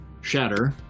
shatter